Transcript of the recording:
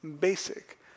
basic